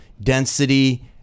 density